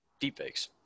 deepfakes